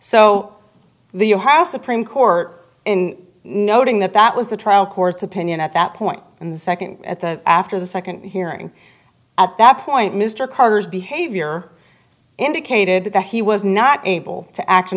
supreme court in noting that that was the trial court's opinion at that point and the second at the after the second hearing at that point mr carter's behavior indicated that he was not able to act in